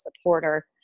supporter